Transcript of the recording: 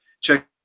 Check